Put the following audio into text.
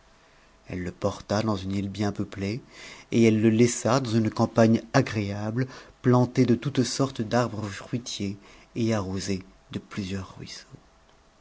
elle le porta dans une île bien peuplée et elle le laissa dans une campagne agréable plantée de toute sorte d'arbres fruitiers et arrosée de ptusieurs ruisseaux